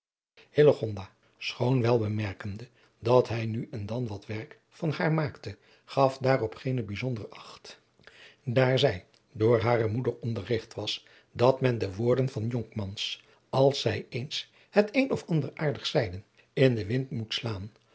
schoon wel bemerkende dat hij nu en dan wat werk van haar maakte gaf daarop geene bijzonder acht daar zij door hare moeder onderrigt was dat men de woorden van jongmans als zij eens het een of ander aardigs zeiden in den wind moet slaan